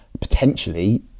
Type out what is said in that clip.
potentially